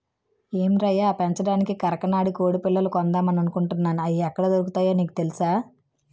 ఏం రయ్యా పెంచడానికి కరకనాడి కొడిపిల్లలు కొందామనుకుంటున్నాను, అయి ఎక్కడ దొరుకుతాయో నీకు తెలుసా?